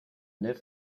live